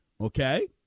Okay